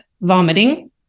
vomiting